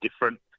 different